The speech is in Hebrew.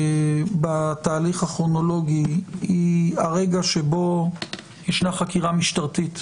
בתהליך הכרונולוגי היא הרגע שבו ישנה חקירה משטרתית,